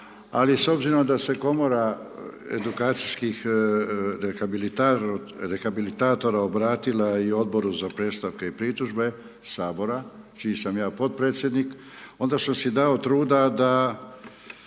ali s obzirom da se komora edukacijskih rehabilitatora obratila i Odboru za predstavke i pritužbe Sabora, čiji sam ja podpredsjednik onda sam si dao truda da